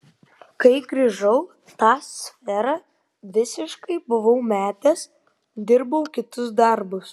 kai grįžau tą sferą visiškai buvau metęs dirbau kitus darbus